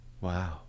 wow